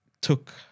took